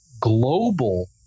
global